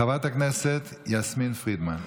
חברת הכנסת יסמין פרידמן.